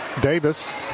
Davis